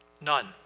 None